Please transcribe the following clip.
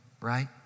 right